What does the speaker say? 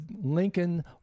Lincoln